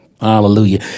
Hallelujah